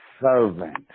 servant